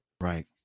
Right